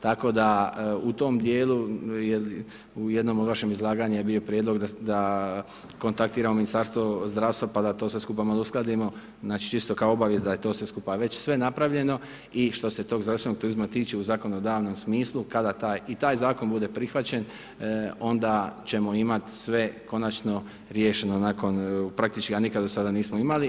Tako da u tom dijelu, je u jednom od vašem izlaganju je bilo prijedlog, da kontaktiramo Ministarstvo zdravstva, pa da to sve skupa uskladimo, znači čisto kao obavijest, da je to skupa već sve napravljeno i što se tog završnog turizma tiče, zakonodavnom smislu, kada taj zakon bude prihvaćen onda ćemo imati sve konačno riješeno, nakon praktički a nikada do sada nismo imali.